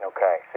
Okay